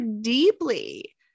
deeply